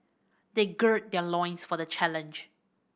they gird their loins for the challenge